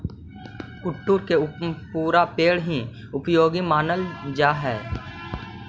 कुट्टू के पुरा पेड़ हीं उपयोगी मानल जा हई